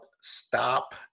Stop